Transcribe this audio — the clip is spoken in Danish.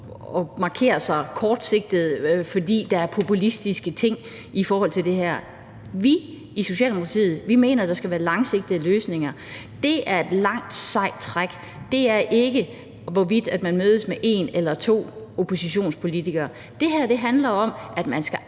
at markere sig kortsigtet, fordi der er populistiske ting i forhold til det her. Vi i Socialdemokratiet mener, at der skal være langsigtede løsninger. Det er et langt, sejt træk. Det er ikke, hvorvidt man mødes med en eller to oppositionspolitikere, men det her handler om, at man skal